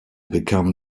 become